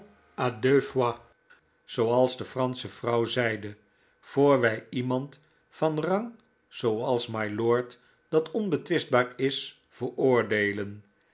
fois zooals de fransche vrouw zeide voor wij iemand van rang zooals mylord dat onbetwistbaar is veroordeelen